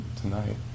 tonight